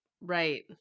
right